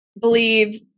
believe